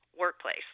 workplace